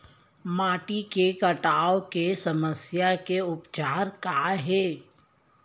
माटी के कटाव के समस्या के उपचार काय हे?